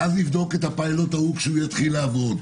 ואז לבדוק את הפילוט ההוא כשיתחיל לעבוד,